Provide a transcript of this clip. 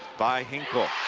by hinkle